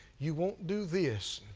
you won't do this,